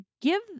give